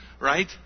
Right